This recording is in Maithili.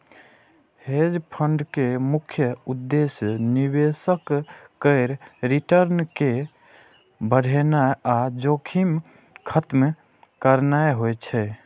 हेज फंड के मुख्य उद्देश्य निवेशक केर रिटर्न कें बढ़ेनाइ आ जोखिम खत्म करनाइ होइ छै